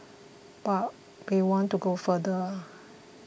but we want to go further